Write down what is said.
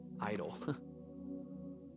idol